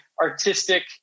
artistic